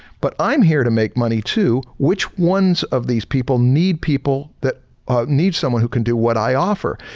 but i'm here to make money too, which ones of these people need people that need someone who can do what i offer.